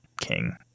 king